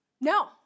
No